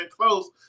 close